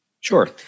Sure